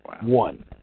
One